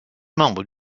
membres